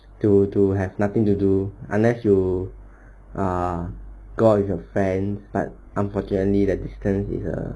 to to have nothing to do unless you err go out with your friends but unfortunately the distance is a